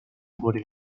por